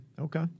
Okay